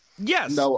Yes